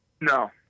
No